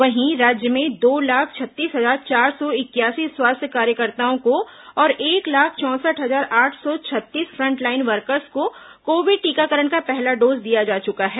वहीं राज्य में दो लाख छत्तीस हजार चार सौ इकयासी स्वास्थ्य कार्यकर्ताओं को और एक लाख चौंसठ हजार आठ सौ छत्तीस फ्रंटलाइन वर्कर्स को कोविड टीकाकरण का पहला डोज दिया जा चुका है